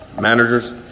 managers